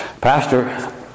Pastor